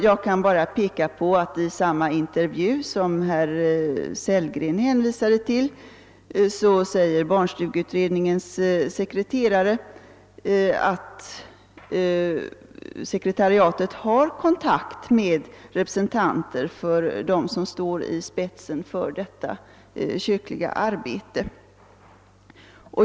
Jag kan bara peka på att i den intervju som herr Sellgren hänvisade till säger barnstugeutredningens sekreterare, att sekretariatet har kontakt med representanter för dem som står i spetsen för detta kyrkliga arbete.